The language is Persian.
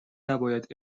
نباید